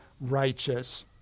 righteous